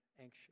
anxious